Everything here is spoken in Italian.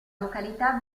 località